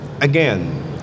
again